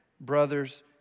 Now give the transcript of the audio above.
brothers